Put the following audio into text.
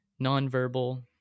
nonverbal